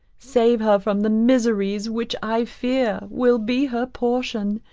save her from the miseries which i fear will be her portion,